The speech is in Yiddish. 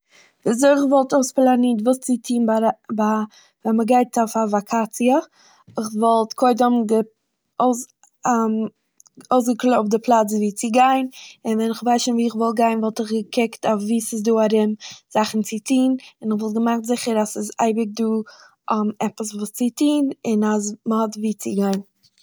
וויזוי כ'וואלט אויספלאנירט וואס צו טוהן ביי א- ביי- ווען מ'גייט אויף א וואקאציע. כ'וואלט קודם גע- אויס- אויסגעקלויבט די פלאץ וואו צו גיין, און ווען איך ווייס שוין וואו איך וויל גיין וואלט איך געקוקט וואו ס'איז דא ארום זאכן וואס צו טוהן און איך וואלט געמאכט זיכער אז ס'איז אייביג דא עפעס צו טוהן און מ'האט וואו צו גיין.